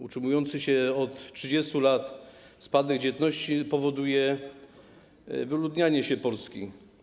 Utrzymujący się od 30 lat spadek dzietności powoduje wyludnianie się Polski.